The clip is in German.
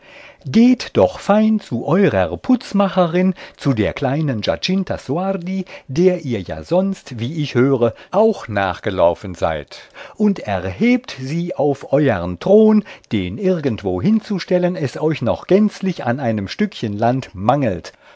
geht doch fein zu eurer putzmacherin zu der kleinen giacinta soardi der ihr ja sonst wie ich höre auch nachgelaufen seid und erhebt sie auf euern thron den irgendwo hinzustellen es euch noch gänzlich an einem stückchen land mangelt